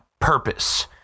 purpose